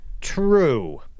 True